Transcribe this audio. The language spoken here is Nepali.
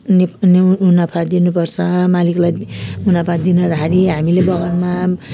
निप् नि मुनाफा दिनुपर्छ मालिकलाई मुनाफा दिन जाँदाखेरि हामीले बगानमा